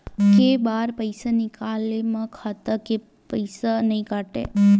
के बार पईसा निकले मा खाता ले पईसा नई काटे?